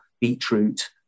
beetroot